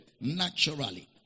naturally